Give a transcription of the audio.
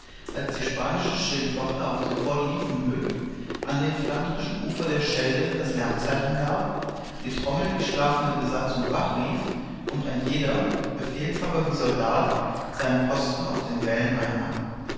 als die spanische schildwache auf dem fort liefkenhoek an dem flandrischen ufer der schelde das lärmzeichen gab die trommel die schlafende besatzung wachrief und ein jeder befehlshaber wie soldat seinen posten auf den wällen einnahm